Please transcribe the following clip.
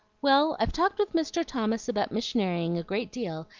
well, i've talked with mr. thomas about missionarying a great deal,